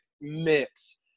mix